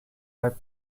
are